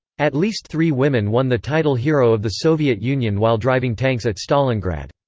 at least three women won the title hero of the soviet union while driving tanks at stalingrad.